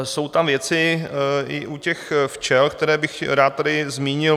Jsou tam věci i u těch včel, které bych tady rád zmínil.